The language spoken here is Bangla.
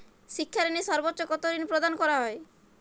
শিক্ষা ঋণে সর্বোচ্চ কতো ঋণ প্রদান করা হয়?